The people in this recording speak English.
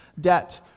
debt